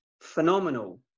phenomenal